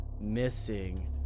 missing